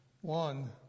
One